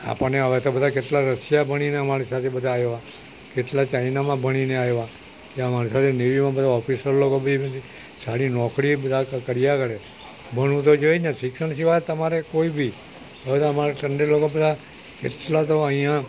આપણને હવે તો બધા કેટલાક રશિયા ભણીને અમારી સાથે બધા આવ્યા કેટલા ચાઈનામાં ભણીને આવ્યા ત્યાં અમારી સાથે નેવીમાં બધા ઓફિસર લોકો બી સારી નોકરી બધા કર્યા કરે ભણવું તો જોઈએ જ ને શિક્ષણ સિવાય તમારે કોઇ બી હવે તો અમારા ટંડેલ લોકો બધા કેટલા તો અહીંયા